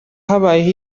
habayeho